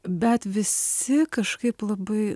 bet visi kažkaip labai